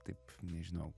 taip nežinau